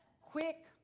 quick